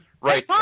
right